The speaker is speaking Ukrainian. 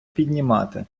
піднімати